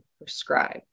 prescribed